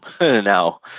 now